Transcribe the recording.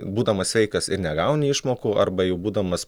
būdamas sveikas ir negauni išmokų arba jau būdamas